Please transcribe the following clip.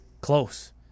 Close